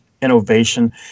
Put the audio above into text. innovation